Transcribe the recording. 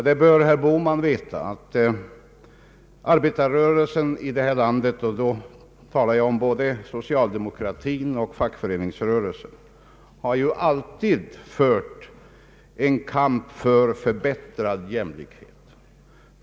Då bör herr Bohman veta att arbetarrörelsen i detta land — här talar jag om både socialdemokratin och fackföreningsrörelsen — alltid har fört en kamp för större jämlikhet.